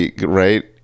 right